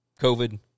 COVID